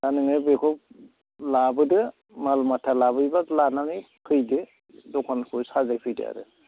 दा नोङो बेखौ लाबोदो माल माथा लाबोयोब्ला लानानै फैदो दखानखौ साजायफैदो आरो